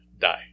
die